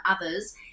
others